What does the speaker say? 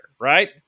right